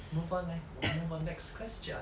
move on leh 我们 move on next question